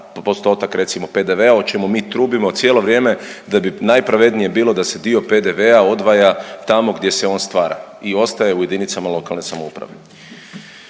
postotak, recimo, PDV o čemu mi trubimo cijelo vrijeme da bi najpravednije bilo da se dio PDV-a odvaja tamo gdje se on stvara i ostaje u jedinicama lokalne samouprave.